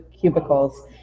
cubicles